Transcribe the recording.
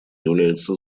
является